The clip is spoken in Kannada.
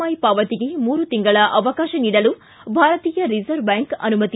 ಐ ಪಾವತಿಗೆ ಮೂರು ತಿಂಗಳ ಅವಕಾಶ ನೀಡಲು ಭಾರತೀಯ ರಿಸರ್ವ ಬ್ಯಾಂಕ್ ಅನುಮತಿ